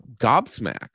gobsmacked